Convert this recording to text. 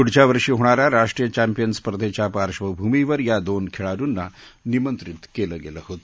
पुढच्या वर्षी होणाऱ्या राष्ट्रीय चॅम्पियन स्पर्धेच्या पाशर्वभूमीवर या दोन खेळाडूंना निमंत्रित केले होते